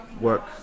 work